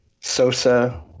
Sosa